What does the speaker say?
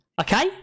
Okay